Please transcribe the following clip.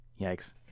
Yikes